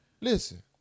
Listen